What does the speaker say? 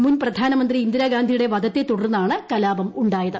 മുൻ പ്രധാനമന്ത്രി ഇന്ദിരാഗാന്ധിയുടെ വധത്തെ തുടർന്നാണ് കലാപം ഉ ായത്